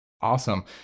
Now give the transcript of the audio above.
Awesome